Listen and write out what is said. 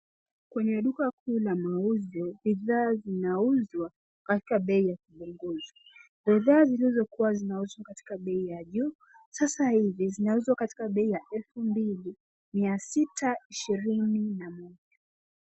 Kwenye duka kuu la mauzo, bidhaa zinauzwa katika bei ya kupuguzwa. Bidhaa zilizokuwa zinauzwa katika bei ya juu sasa hivi zinauzwa katika bei 2621.